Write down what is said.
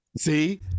See